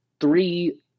three